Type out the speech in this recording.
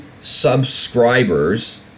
subscribers